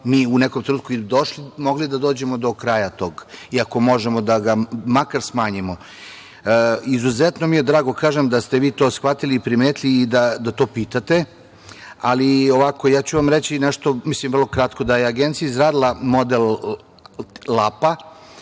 mi u nekom trenutku mogli da dođemo do kraja tog i ako možemo da ga makar smanjimo. Izuzetno mi je drago, kažem, da ste vi to shvatili, primetili i da to pitate, ali ovako ja ću vam reći, vrlo kratko, da je Agencija izgradila model LAP